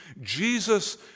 Jesus